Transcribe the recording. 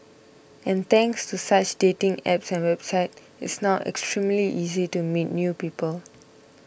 and thanks to such dating apps and websites it's now extremely easy to meet new people